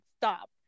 stop